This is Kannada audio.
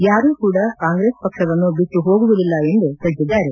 ಯಾರು ಕೂಡ ಕಾಂಗ್ರೆಸ್ ಪಕ್ಷವನ್ನು ಬಿಟ್ಟು ಹೋಗುವುದಿಲ್ಲ ಎಂದು ತಿಳಿಸಿದ್ದಾರೆ